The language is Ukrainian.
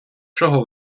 чого